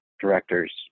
directors